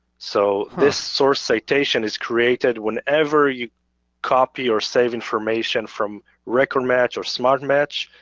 so this source citation is created whenever you copy or save information from record match or smart match,